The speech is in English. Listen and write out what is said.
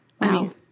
Wow